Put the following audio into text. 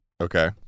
Okay